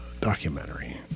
documentary